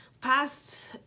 past